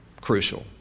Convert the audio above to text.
Crucial